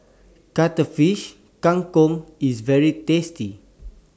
Cuttlefish Kang Kong IS very tasty